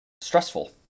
stressful